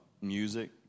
music